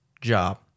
job